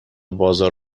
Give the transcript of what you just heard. بازار